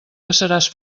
passaràs